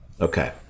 Okay